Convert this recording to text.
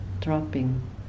dropping